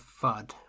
fud